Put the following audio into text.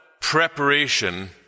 preparation